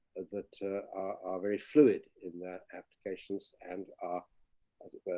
that are very fluid in that applications, and ah as it were, it